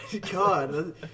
God